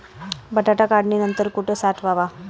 बटाटा काढणी नंतर कुठे साठवावा?